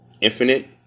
infinite